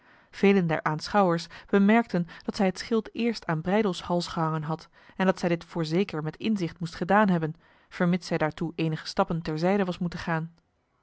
velen der aanschouwers bemerkten dat zij het schild eerst aan breydels hals gehangen had en dat zij dit voorzeker met inzicht moest gedaan hebben vermits zij daartoe enige stappen ter zijde was moeten gaan